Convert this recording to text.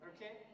Okay